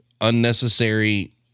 unnecessary